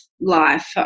life